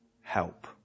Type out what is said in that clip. help